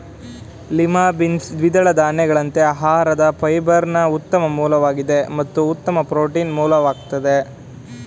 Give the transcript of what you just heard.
lima beans ದ್ವಿದಳ ಧಾನ್ಯಗಳಂತೆ ಆಹಾರದ ಫೈಬರ್ನ ಉತ್ತಮ ಮೂಲವಾಗಿದೆ ಮತ್ತು ಉತ್ತಮ ಪ್ರೋಟೀನ್ ಮೂಲವಾಗಯ್ತೆ